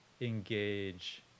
engage